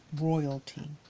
Royalty